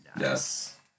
Yes